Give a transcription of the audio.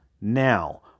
now